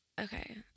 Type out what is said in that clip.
okay